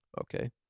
Okay